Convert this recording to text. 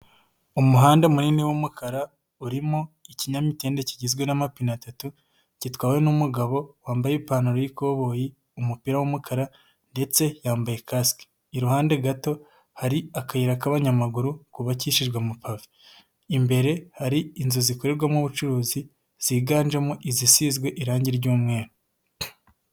Umuhanda munini w'umukara urimo ikinyamitende kigizwe n'amapine atatu gitwawe n'umugabo wambaye ipantaro y'ikoboyi, umupira w'umukara ndetse yambaye kasike. Iruhande gato hari akayira k'abanyamaguru kubakishijwe amapave, imbere hari inzu zikorerwamo ubucuruzi ziganjemo izisizwe irangi ry'umweru.